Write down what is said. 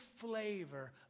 flavor